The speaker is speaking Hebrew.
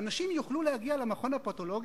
הבא: